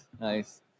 Nice